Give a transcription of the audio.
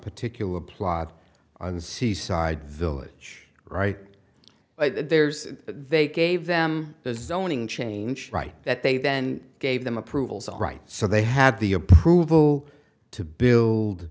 particular plot and seaside village right there's they gave them the zoning change right that they then gave them approvals all right so they had the approval to build